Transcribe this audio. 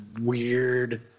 Weird